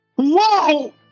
Whoa